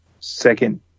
second